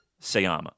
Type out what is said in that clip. Sayama